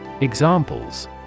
Examples